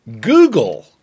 Google